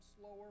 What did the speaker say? slower